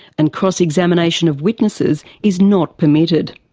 and cross examination of witnesses is not permitted.